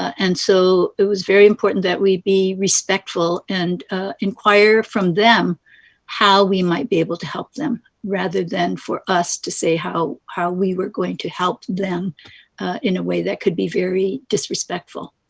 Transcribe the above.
and so it was very important that we be respectful and inquire from them how we might be able to help them rather than for us to say how how we were going to help them in a way that could be very disrespectful?